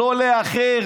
לא לאחר,